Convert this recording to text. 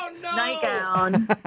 nightgown